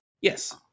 Yes